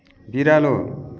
बिरालो